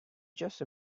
just